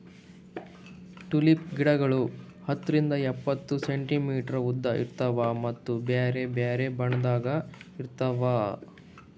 tulip ಗಿಡಗೊಳ್ ಹತ್ತರಿಂದ್ ಎಪ್ಪತ್ತು ಸೆಂಟಿಮೀಟರ್ ಉದ್ದ ಇರ್ತಾವ್ ಮತ್ತ ಬ್ಯಾರೆ ಬ್ಯಾರೆ ಬಣ್ಣದಾಗ್ ಇರ್ತಾವ್